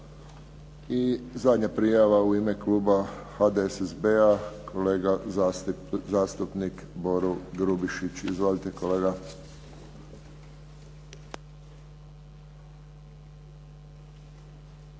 I zadnja prijava u ime kluba HDSSB-a kolega zastupnik Boro Grubišić. Izvolite kolega.